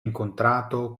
incontrato